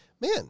man